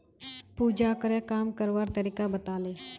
पूजाकरे काम करवार तरीका बताले